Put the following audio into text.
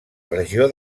regió